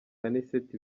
anicet